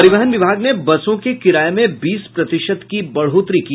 परिवहन विभाग ने बसों के किराये में बीस प्रतिशत की बढ़ोतरी की